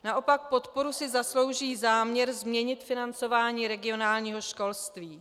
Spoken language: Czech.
Naopak podporu si zaslouží záměr změnit financování regionálního školství.